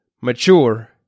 mature